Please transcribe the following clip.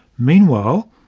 meanwhile,